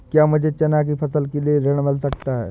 क्या मुझे चना की फसल के लिए ऋण मिल सकता है?